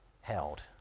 held